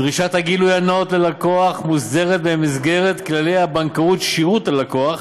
דרישת הגילוי הנאות ללקוח מוסדרת במסגרת כללי הבנקאות (שירות ללקוח)